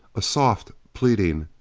a soft pleading.